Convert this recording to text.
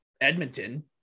Edmonton